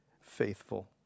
faithful